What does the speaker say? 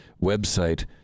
website